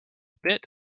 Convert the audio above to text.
bit